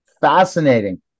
fascinating